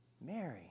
Mary